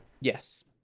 Yes